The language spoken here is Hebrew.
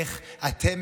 איך אתם,